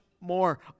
more